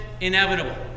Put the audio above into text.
inevitable